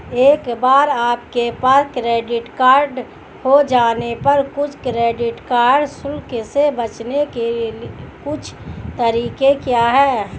एक बार आपके पास क्रेडिट कार्ड हो जाने पर कुछ क्रेडिट कार्ड शुल्क से बचने के कुछ तरीके क्या हैं?